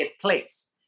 place